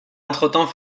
entretemps